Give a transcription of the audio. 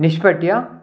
निष्पीड्य